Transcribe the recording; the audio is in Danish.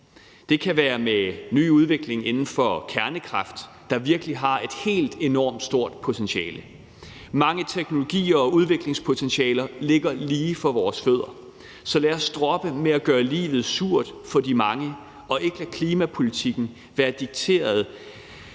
Det kan være med ny udvikling inden for kernekraft, der virkelig har et helt enormt stort potentiale. Mange teknologier og udviklingspotentialer ligger lige for vores fødder, så lad os droppe det med at gøre livet surt for de mange og ikke lade klimapolitikken være dikteret